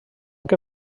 que